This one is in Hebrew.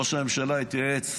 ראש הממשלה התייעץ